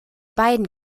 beiden